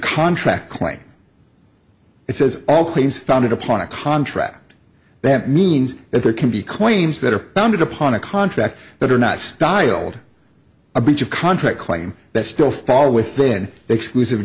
contract claim it says all claims founded upon a contract that means that there can be claims that are founded upon a contract that are not styled a breach of contract claim that still fall within the exclusive